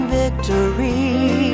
victory